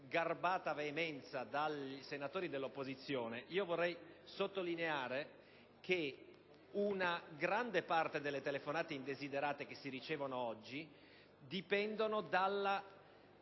garbata veemenza dai senatori dell'opposizione. Vorrei sottolineare che una gran parte delle telefonate indesiderate che si ricevono oggi dipendono dal